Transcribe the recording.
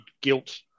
guilt